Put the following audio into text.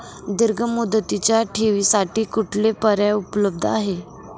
दीर्घ मुदतीच्या ठेवींसाठी कुठले पर्याय उपलब्ध आहेत?